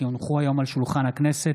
כי הונחו היום על שולחן הכנסת,